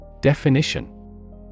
Definition